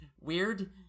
weird